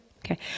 Okay